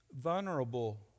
vulnerable